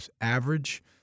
Average